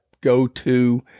go-to